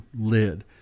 lid